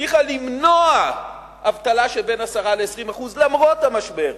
שהצליחו למנוע אבטלה של בין 10% ל-20% למרות המשבר.